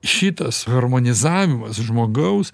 šitas harmonizavimas žmogaus